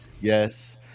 Yes